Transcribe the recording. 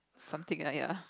something like ya